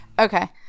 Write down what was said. okay